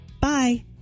Bye